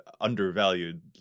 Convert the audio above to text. undervalued